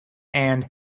and